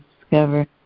discover